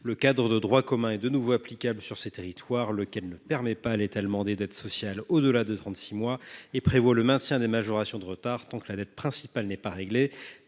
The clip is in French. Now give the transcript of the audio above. Le cadre de droit commun, qui est de nouveau applicable sur ces territoires, ne permet pas l’étalement des dettes sociales au delà de trente six mois et maintient les majorations de retard tant que la dette principale n’est pas réglée.